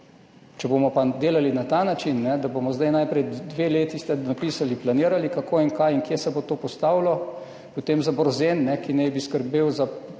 Če bomo pa delali na ta način, da bomo zdaj najprej dve leti, kot ste napisali, planirali, kako in kaj in kje se bo to postavilo, potem ste za Borzen, ki naj bi skrbel